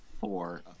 four